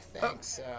Thanks